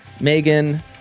Megan